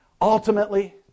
Ultimately